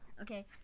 Okay